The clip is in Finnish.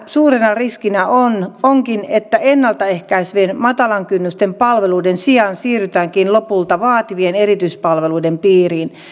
suurena riskinä onkin että ennalta ehkäisevien matalan kynnyksen palveluiden sijaan siirrytäänkin lopulta vaativien erityispalveluiden piiriin